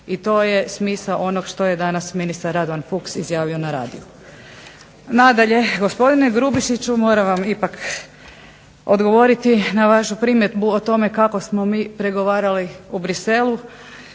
I to je smisao onog što je danas ministar Radovan Fuchs izjavio na radiju. Nadalje, gospodine Grubišiću, moram vam ipak odgovoriti na vašu primjedbu o tome kako smo mi pregovarali u Bruxellesu,